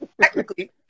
Technically